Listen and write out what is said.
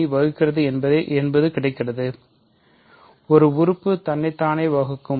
யைப் வகுக்கிறது என்பதை கிடைக்கிறது ஒரு உறுப்பு தன்னை தானே வகுக்கும்